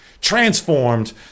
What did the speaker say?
transformed